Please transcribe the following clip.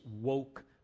woke